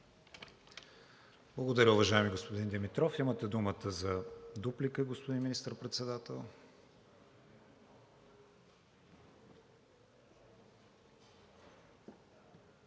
Благодаря, уважаеми господин Димитров. Имате думата за дуплика, господин Министър-председател.